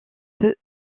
peu